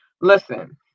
Listen